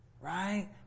Right